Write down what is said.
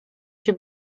się